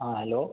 हाँ हैलो